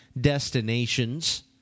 destinations